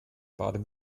baden